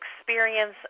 experience